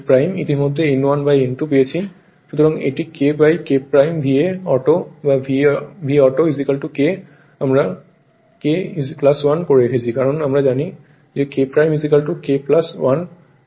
সুতরাং এটি KKVA auto বা VAuto K আমরা K 1 রেখেছি কারণ আমরা আগে K K 1 ক্রস গুণ দেখেছি